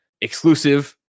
exclusive